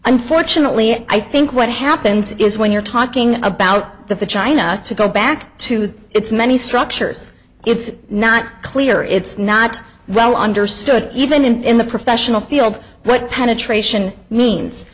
unfortunately i think what happens is when you're talking about the china to go back to its many structures it's not clear it's not well understood even in the professional field but penetration means